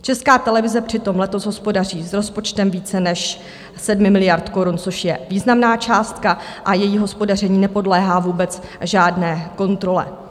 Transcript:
Česká televize přitom letos hospodaří s rozpočtem více než 7 miliard korun, což je významná částka, a její hospodaření nepodléhá vůbec žádné kontrole.